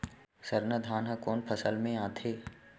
सरना धान ह कोन फसल में आथे?